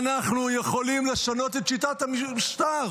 "אנחנו יכולים לשנות את שיטת המשטר